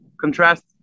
contrast